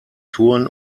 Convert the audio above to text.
turn